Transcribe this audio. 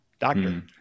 doctor